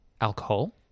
alcohol